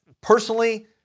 Personally